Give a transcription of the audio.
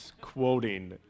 quoting